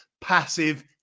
passive